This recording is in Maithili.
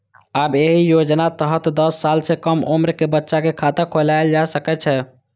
आब एहि योजनाक तहत दस साल सं कम उम्र के बच्चा के खाता खोलाएल जा सकै छै